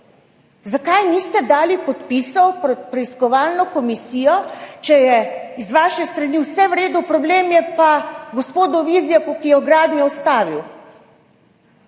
Zakaj niste dali podpisov za preiskovalno komisijo, če je z vaše strani vse v redu, problem je pa v gospodu Vizjaku, ki je ustavil